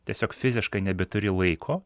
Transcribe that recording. tiesiog fiziškai nebeturi laiko